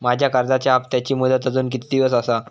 माझ्या कर्जाचा हप्ताची मुदत अजून किती दिवस असा?